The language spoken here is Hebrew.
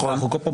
נכון.